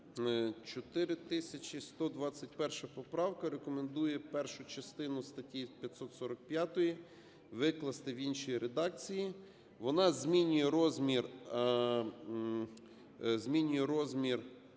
4121 поправка рекомендує першу частину статті 545 викласти в іншій редакції. Вона змінює розмір